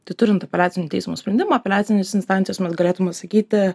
tai turint apeliacinio teismo sprendimą apeliacinės instancijos mes galėtum sakyti